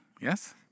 Yes